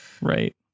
Right